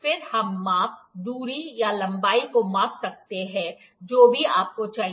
फिर हम माप दूरी या लंबाई को माप सकते हैं जो भी आपको चाहिए